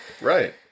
Right